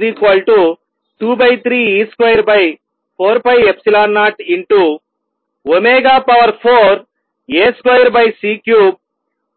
d E d t 23 e2 4ε0ω4 A2